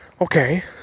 okay